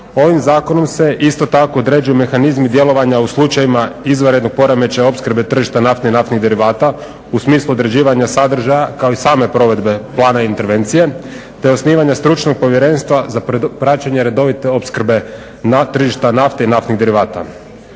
Ovim zakonom se isto tako određuju mehanizmi djelovanja u slučajevima izvanrednog poremećaja opskrbe tržišta nafte i naftnih derivata u smislu određivanja sadržaja kao i same provedbe plana intervencije, te osnivanja stručnog povjerenstva za praćenje redovite opskrbe na tržišta nafte i naftnih derivata.